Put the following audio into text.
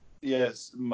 yes